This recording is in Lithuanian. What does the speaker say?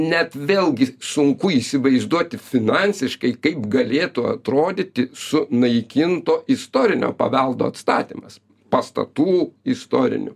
net vėlgi sunku įsivaizduoti finansiškai kaip galėtų atrodyti sunaikinto istorinio paveldo atstatymas pastatų istorinių